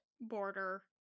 border